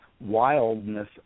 wildness